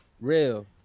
Real